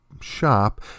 shop